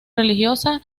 religiosa